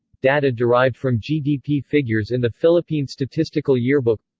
data derived from gdp figures in the philippine statistical yearbook